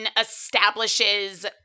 establishes